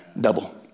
double